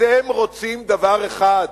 אתם רוצים דבר אחד,